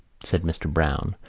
said mr. browne,